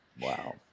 Wow